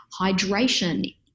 hydration